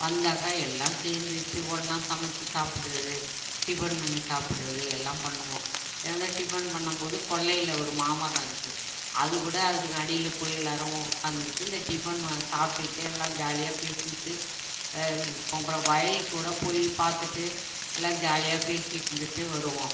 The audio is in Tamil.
வந்தாக்கா எல்லாம் சேர்ந்துட்டு ஒன்னாக சமைத்து சாப்பிட்றது டிஃபன் பண்ணி சாப்பிட்றது எல்லாம் பண்ணுவோம் டிஃபன் பண்ணும்போது கொல்லையில் ஒரு மாமரம் இருக்குது அது கூட அதுக்கு அடியில் போய் எல்லோரும் உக்காந்துகிட்டு இந்த டிஃபன் சாப்பிட்டுகிட்டே எல்லாம் ஜாலியாக பேசிகிட்டு அப்பறம் வயலுக்கு கூட போய் பார்த்துட்டு எல்லாம் ஜாலியாக பேசிட்டு இருந்துட்டு வருவோம்